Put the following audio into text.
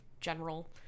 general